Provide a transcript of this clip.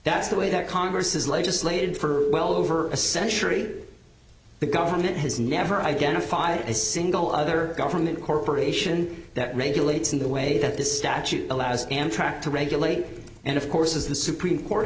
that's the way that congress has legislated for well over a century the government has never identified a single other government corporation that regulates in the way that this statute allows amtrak to regulate and of course as the supreme court